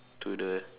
to the